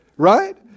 right